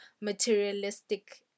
materialistic